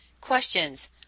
questions